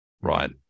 right